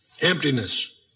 emptiness